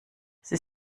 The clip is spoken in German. sie